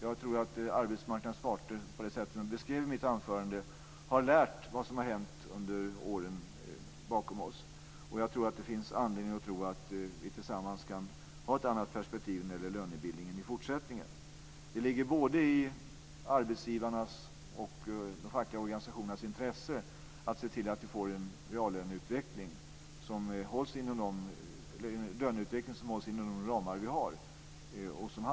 Jag tror att arbetsmarknadens parter, på det sätt som jag beskrev i mitt anförande, har lärt vad som har hänt under åren bakom oss. Det finns anledning att tro att vi tillsammans kan ha ett annat perspektiv när det gäller lönebildningen i fortsättningen. Det ligger både i arbetsgivarnas och de fackliga organisationernas intresse att se till att vi får en löneutveckling som hålls inom de ramar vi har.